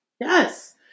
Yes